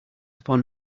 upon